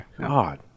God